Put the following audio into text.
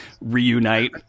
Reunite